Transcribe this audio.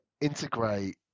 integrate